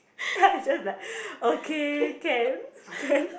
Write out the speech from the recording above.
then I just like okay can then